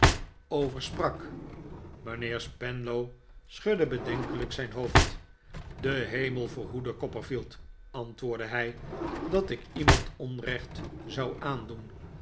over sprak mijnheer spenlow schudde bedenkelijk zijn hoofd de hemel verhoede copperfield antwoordde hij dat ik iemand onrecht zou aandoen